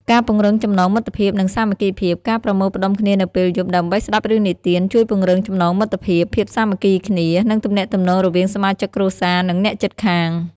ការពង្រឹងចំណងមិត្តភាព និងសាមគ្គីភាព ការប្រមូលផ្ដុំគ្នានៅពេលយប់ ដើម្បីស្ដាប់រឿងនិទាន ជួយពង្រឹង ចំណងមិត្តភាព ភាពសាមគ្គីគ្នា និងទំនាក់ទំនងរវាងសមាជិកគ្រួសារ និងអ្នកជិតខាង ។